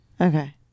Okay